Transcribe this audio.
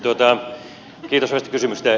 kiitos hyvästä kysymyksestä